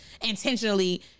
intentionally